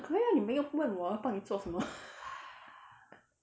可以你没有问要我帮你做什么